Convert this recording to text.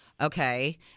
Okay